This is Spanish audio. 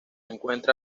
encuentra